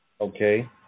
Okay